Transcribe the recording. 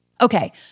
Okay